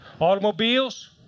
Automobiles